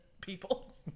people